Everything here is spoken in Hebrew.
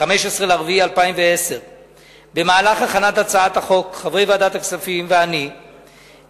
15 באפריל 2010. במהלך הכנת הצעת החוק חברי ועדת הכספים ואני ביקשנו